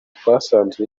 twasanze